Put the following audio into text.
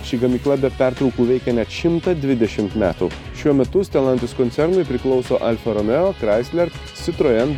ši gamykla be pertraukų veikia net šimtą dvidešimt metų šiuo metu stelantis koncernui priklauso alfa romeo chrysler citroen